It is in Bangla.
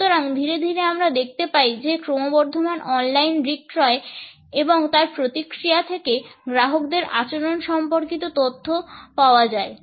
সুতরাং ধীরে ধীরে আমরা দেখতে পাই যে ক্রমবর্ধমান অনলাইন বিক্রয় এবং তার প্রতিক্রিয়া থেকে গ্রাহকদের আচরণ সম্পর্কিত তথ্য পাওয়া যায়